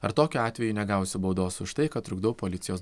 ar tokiu atveju negausiu baudos už tai kad trukdau policijos